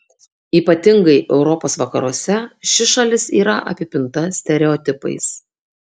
ypatingai europos vakaruose ši šalis yra apipinta stereotipais